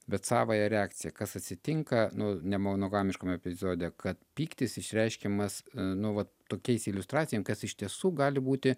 bet savąją reakciją kas atsitinka nu nemonogamiškam epizode kad pyktis išreiškiamas nu vat tokiais iliustracijom kas iš tiesų gali būti